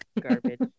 garbage